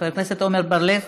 חבר הכנסת עמר בר-לב,